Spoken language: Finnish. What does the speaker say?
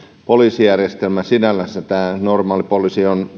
poliisijärjestelmä sinällänsä tämä normaali poliisi on